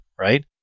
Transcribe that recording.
right